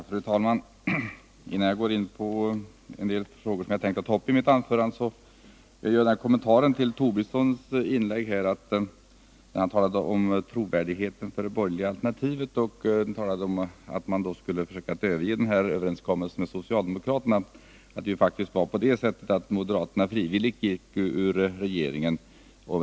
Fru talman! Innan jag går in på de frågor som jag tänkt ta upp i mitt anförande vill jag göra den kommentaren till Lars Tobissons inlägg, där han talade om trovärdigheten för det borgerliga alternativet och sade att vi borde överge överenskommelsen med socialdemokraterna, att det faktiskt var på det sättet att moderaterna frivilligt gick ur regeringen.